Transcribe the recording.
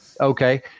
Okay